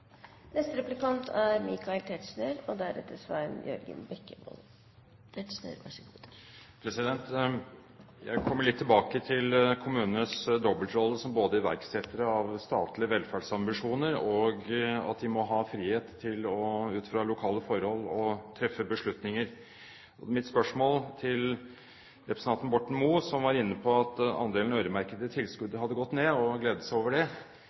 Jeg vil komme litt tilbake til kommunenes dobbeltrolle både som iverksettere av statlige velferdsambisjoner og ved at de må ha frihet til, ut fra lokale forhold, å treffe beslutninger. Mitt spørsmål til representanten Borten Moe, som var inne på at andelen øremerkede tilskudd hadde gått ned og gledet seg over det,